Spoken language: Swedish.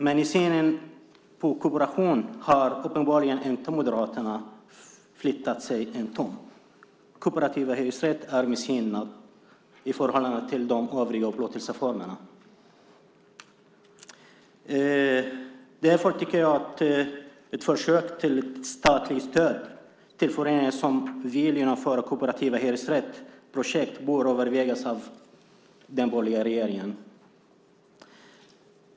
Men på scenen kooperation har Moderaterna uppenbarligen inte flyttat sig en tum. Kooperativ hyresrätt är missgynnad i förhållande till övriga upplåtelseformer. Därför tycker jag att ett försök till statligt stöd till föreningar som vill genomföra kooperativa hyresrättsprojekt bör övervägas av den borgerliga regeringen.